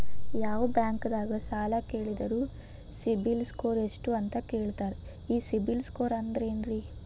ಯಾವ ಬ್ಯಾಂಕ್ ದಾಗ ಸಾಲ ಕೇಳಿದರು ಸಿಬಿಲ್ ಸ್ಕೋರ್ ಎಷ್ಟು ಅಂತ ಕೇಳತಾರ, ಈ ಸಿಬಿಲ್ ಸ್ಕೋರ್ ಅಂದ್ರೆ ಏನ್ರಿ?